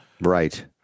right